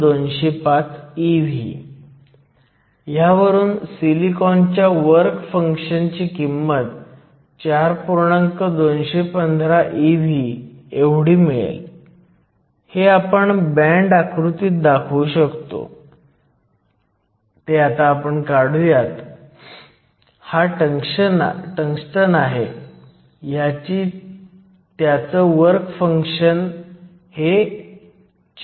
त्याचप्रमाणे p क्षेत्रातील इलेक्ट्रॉनचा जीवनकाळ फक्त 5 नॅनोसेकंद आहे आणि हा फरक डोपेंट्सच्या कॉन्सन्ट्रेशनमधील फरकामुळे आहे थर्मल जनरेशन लाइफ टाईम देखील दिला आहे